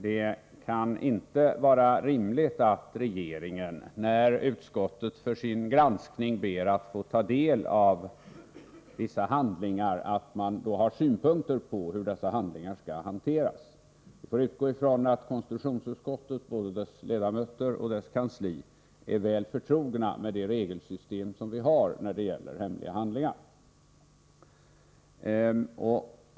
Det kan inte vara rimligt att regeringen, när utskottet för sin granskning ber att få ta del av vissa handlingar, har synpunkter på hur dessa handlingar skall hanteras. Vi får utgå från att konstitutionsutskottet, både dess ledamöter och dess kansli, är väl förtroget med det regelsystem som vi har när det gäller hemliga handlingar.